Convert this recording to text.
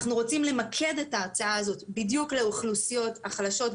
אנחנו רוצים למקד את ההצעה הזאת בדיוק לאוכלוסיות החלשות,